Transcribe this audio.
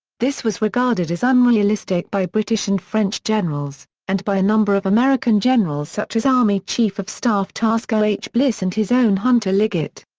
this was regarded as unrealistic by british and french generals, and by a number of american generals such as army chief of staff tasker h. bliss and his own hunter liggett.